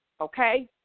okay